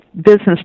business